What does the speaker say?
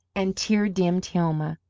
and tear-dimmed hilma.